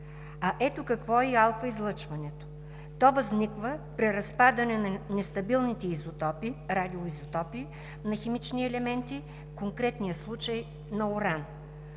А ето и какво е алфа-излъчването. То възниква при разпадането на нестабилните изотопи – радиоизотопи, на химични елементи, в конкретния случай на уран.